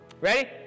Ready